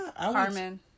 Carmen